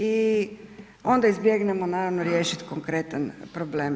I onda izbjegnemo naravno riješiti konkretan problem.